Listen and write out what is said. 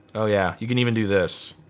oh yeah you can even do this.